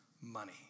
money